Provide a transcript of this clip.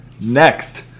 Next